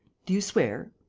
do you swear?